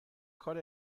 کار